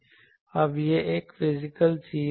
अब यह एक फिजिकल चीज़ है